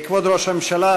כבוד ראש הממשלה,